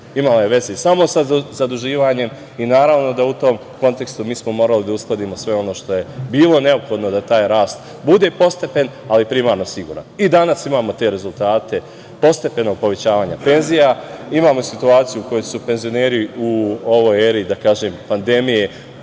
imalo je veze samo sa zaduživanjem. Naravno da u tom kontekstu mi smo morali da uskladimo sve ono što je bilo neophodno da taj rast bude postepen, ali primarno siguran.I danas imamo te rezultate postepenog povećavanja penzija, imamo situaciju u kojoj su penzioneri u ovoj eri, da